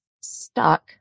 stuck